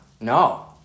No